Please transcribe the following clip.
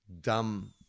dumb